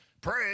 pray